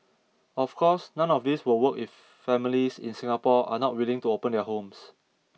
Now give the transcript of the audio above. of course none of this will work if families in Singapore are not willing to open their homes